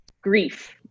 grief